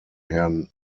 herrn